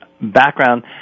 background